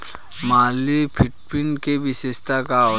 Malviya fifteen के विशेषता का होला?